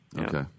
Okay